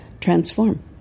transform